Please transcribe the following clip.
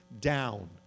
down